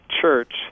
Church